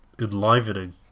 enlivening